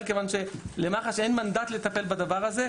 כיוון שלמח"ש אין מנדט לטפל בדבר הזה.